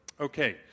Okay